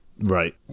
Right